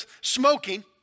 smoking